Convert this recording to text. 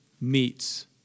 meets